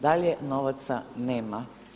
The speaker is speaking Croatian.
Dalje novaca nema.